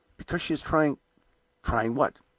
because she is trying trying what?